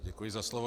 Děkuji za slovo.